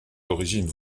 d’origine